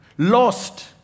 Lost